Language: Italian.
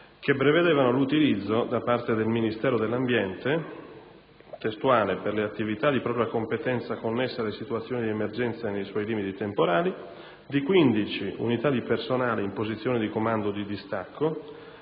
che prevedevano l'utilizzo da parte del Ministero dell'ambiente «per le attività di propria competenza connesse alle situazioni di emergenza e nei suoi limiti temporali» di 15 unità di personale in posizione di comando o di distacco,